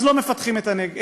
אז לא מפתחים את הגליל,